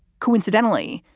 coincidentally,